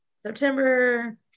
September